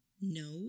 No